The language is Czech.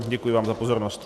Děkuji vám za pozornost.